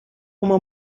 uma